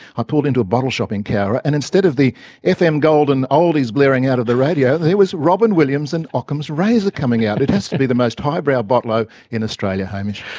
i pulled into a bottle shop in cowra and instead of the fm golden oldies blaring out of the radio, it was robyn williams and ockham's razor coming out. it has to be the most highbrow bottle-o in australia, hamish.